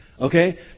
Okay